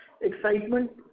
excitement